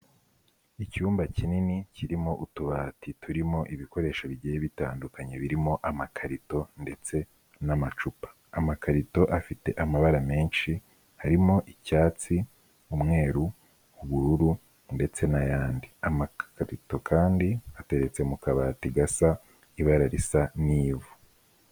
Icyumba kinini kirimo utubati turimo ibikoresho bigiye bitandukanye birimo amakarito ndetse n'amacupa, amakarito afite amabara menshi, harimo icyatsi, umweru, ubururu ndetse n'ayandi, amakarito kandi ateretse mu kabati gasa, ibara risa n'ivu.